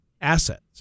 assets